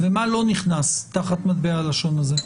ומה לא נכנס תחת מטבע הלשון הזאת?